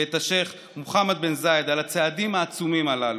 ואת השייח' מוחמד בן זאייד על הצעדים העצומים הללו.